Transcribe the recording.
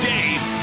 Dave